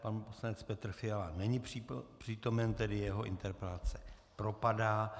Pan poslanec Petr Fiala není přítomen, tedy jeho interpelace propadá.